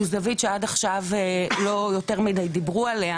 זווית שעד עכשיו לא יותר מידי דיברו עליה